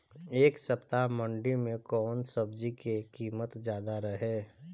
एह सप्ताह मंडी में कउन सब्जी के कीमत ज्यादा रहे?